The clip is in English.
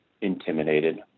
intimidated